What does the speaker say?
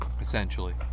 essentially